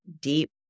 deep